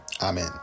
amen